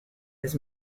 his